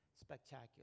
spectacular